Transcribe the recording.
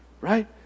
right